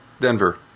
Denver